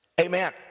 Amen